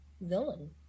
villain